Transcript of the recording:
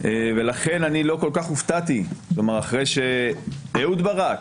ולכן אני לא כל כך הופתעתי אחרי שאהוד ברק,